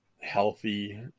healthy